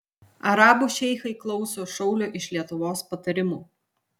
arabų šeichai klauso šaulio iš lietuvos patarimų